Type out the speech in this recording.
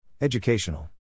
Educational